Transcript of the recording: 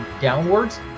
downwards